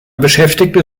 beschäftigte